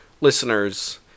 listeners